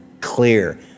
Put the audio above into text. clear